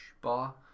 Bar